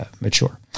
mature